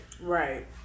Right